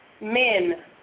men